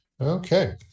Okay